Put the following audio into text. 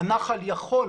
הנחל יכול,